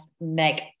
Meg